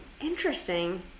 Interesting